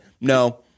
No